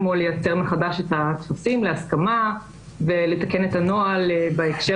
כמו לייצר מחדש את הטפסים להסכמה ולתקן את הנוהל בהקשר